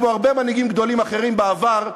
כמו הרבה מנהיגים גדולים אחרים בעבר,